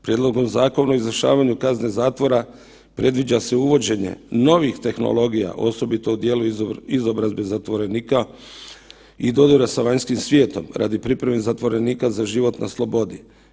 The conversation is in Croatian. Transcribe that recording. Prijedlogom Zakona o izvršavanju kazne zatvora predviđa se uvođenje novih tehnologija osobito u dijelu izobrazbe zatvorenika i dodira sa vanjskim svijetom radi pripreme zatvorenika za život na slobodi.